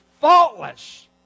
faultless